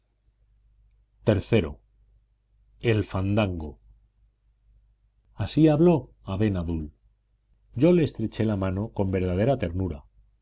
iii el fandango así habló aben adul yo le estreché la mano con verdadera ternura